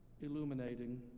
Illuminating